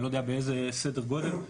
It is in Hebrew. אני לא יודע באיזה סדר גודל,